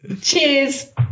Cheers